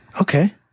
okay